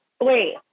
wait